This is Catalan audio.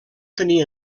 tenir